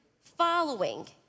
following